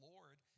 Lord